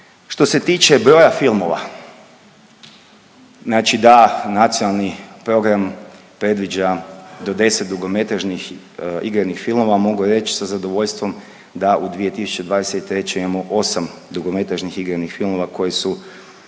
Što se tiče broja filmova, znači da nacionalni program predviđa do 10 dugometražnih igranih filmova, mogu reći sa zadovoljstvom da u 2023. imamo osam dugometražnih igranih filmova koji su